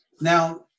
Now